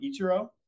Ichiro